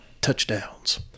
touchdowns